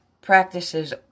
practices